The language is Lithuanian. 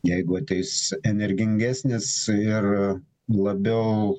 jeigu ateis energingesnis ir labiau